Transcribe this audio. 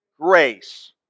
grace